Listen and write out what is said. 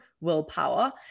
willpower